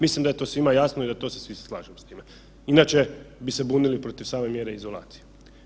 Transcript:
Mislim da je to svima jasno i da to se svi slažemo s time inače bi se bunili protiv same mjere izolacije.